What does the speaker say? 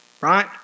right